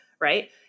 Right